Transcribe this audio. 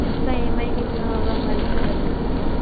उसका E M I कितना होगा वन पर मंथ का